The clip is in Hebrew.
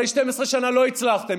הרי 12 שנה לא הצלחתם,